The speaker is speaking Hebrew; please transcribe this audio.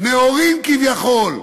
נאורים כביכול,